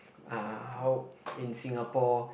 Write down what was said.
uh how in Singapore